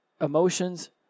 Emotions